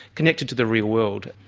connected to the real world.